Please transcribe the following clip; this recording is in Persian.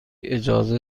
اجازه